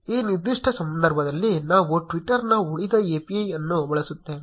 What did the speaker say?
ಈ ನಿರ್ದಿಷ್ಟ ಸಂದರ್ಭದಲ್ಲಿ ನಾವು ಟ್ವಿಟರ್ನ ಉಳಿದ API ಅನ್ನು ಬಳಸುತ್ತೇವೆ